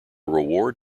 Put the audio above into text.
reward